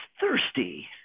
thirsty